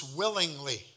willingly